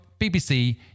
BBC